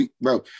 Bro